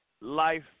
life